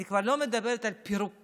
אני כבר לא מדברת על פירוק.